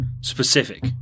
specific